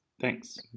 Thanks